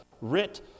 writ